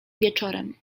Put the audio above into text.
wieczorem